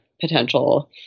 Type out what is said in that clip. potential